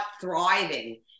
thriving